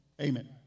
Amen